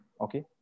Okay